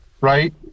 right